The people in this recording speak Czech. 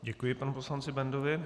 Děkuji panu poslanci Bendovi.